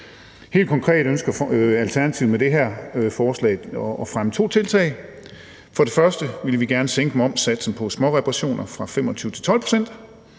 Helt konkret ønsker Alternativet med det her forslag at fremme to tiltag. For det første vil vi gerne sænke momssatsen på småreparationer fra 25 til 12 pct.